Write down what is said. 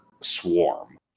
swarm